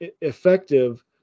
effective